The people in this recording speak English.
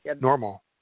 normal